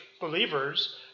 believers